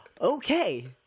Okay